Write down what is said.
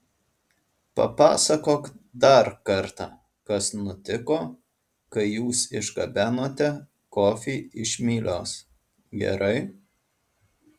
papasakok dar kartą kas nutiko kai jūs išgabenote kofį iš mylios gerai